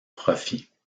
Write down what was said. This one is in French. profit